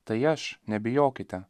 tai aš nebijokite